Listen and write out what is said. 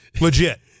Legit